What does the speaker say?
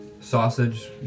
Sausage